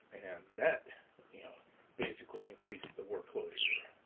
and that yeah basically increased the workload here.